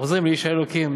חוזרים לאיש האלוקים.